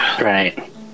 Right